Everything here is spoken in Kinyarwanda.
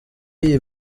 iyi